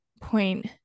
point